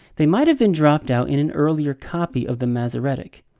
they might have been dropped out in an earlier copy of the masoretic.